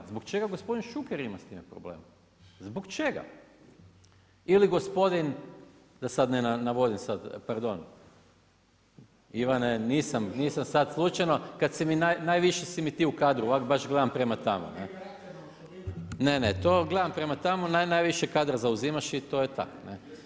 Zbog čega gospodin Šuker ima s time problema, zbog čega ili gospodin, da sada ne navodim sad pardon, Ivane nisam sad slučajno kada si mi najviše ti u kadru ovak baš gledam tamo. … [[Upadica se ne razumije.]] ne, ne to gledam prema tamo, najviše kadra zauzimaš i to je tak.